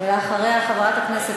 חברת הכנסת